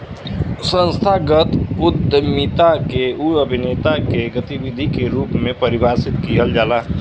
संस्थागत उद्यमिता के उ अभिनेता के गतिविधि के रूप में परिभाषित किहल जाला